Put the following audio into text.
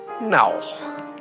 No